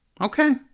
Okay